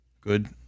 good